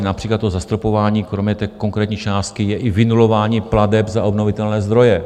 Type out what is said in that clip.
Například zastropování kromě té konkrétní částky je i vynulování plateb za obnovitelné zdroje.